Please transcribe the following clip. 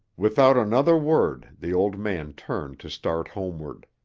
without another word the old man turned to start homeward.